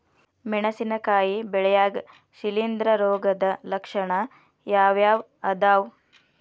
ಮೆಣಸಿನಕಾಯಿ ಬೆಳ್ಯಾಗ್ ಶಿಲೇಂಧ್ರ ರೋಗದ ಲಕ್ಷಣ ಯಾವ್ಯಾವ್ ಅದಾವ್?